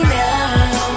now